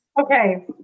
Okay